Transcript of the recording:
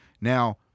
Now